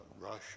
Russia